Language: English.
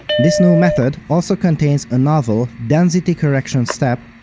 this new method also contains a novel density correction step,